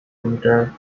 winter